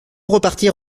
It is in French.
repartir